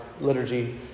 liturgy